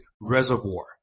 reservoir